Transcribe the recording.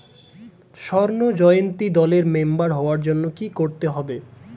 স্বর্ণ জয়ন্তী দলের মেম্বার হওয়ার জন্য কি করতে হবে?